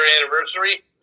anniversary